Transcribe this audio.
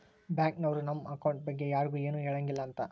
bank ನವ್ರು ನಮ್ account ಬಗ್ಗೆ ಯರ್ಗು ಎನು ಹೆಳಂಗಿಲ್ಲ ಅಂತ